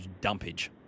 dumpage